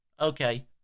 Okay